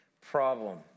problem